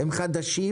הם חדשים,